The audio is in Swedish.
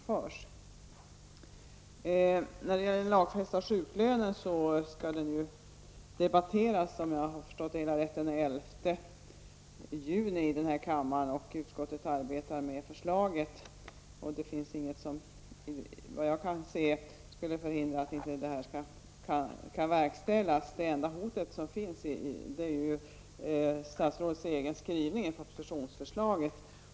Frågan om den lagfästa sjuklönen skall ju, om jag har förstått det hela rätt, behandlas den 11 juni i denna kammare. Utskottet arbetar med förslaget, och såvitt jag kan se finns det inget som förhindrar ett genomförande. Det är enda hotet som finns är statsrådets egen skrivning i propositionsförslaget.